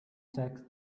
checks